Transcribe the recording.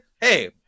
hey